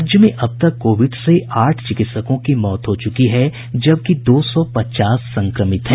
राज्य में अब तक कोविड से आठ चिकित्सकों की मौत हो चुकी है जबकि दो सौ पचास संक्रमित हैं